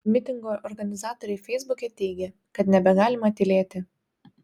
mitingo organizatoriai feisbuke teigė kad nebegalima tylėti